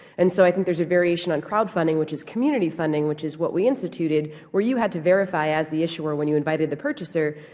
and so i think there is a variation on crowdfunding, which is community funding, which is what we instituted, where you had to verify as the issuer when you invited the purchaser,